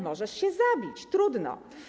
Możesz się zabić, trudno.